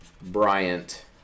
Bryant